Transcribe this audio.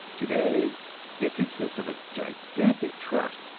today it consists of a gigantic trust,